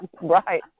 right